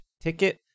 ticket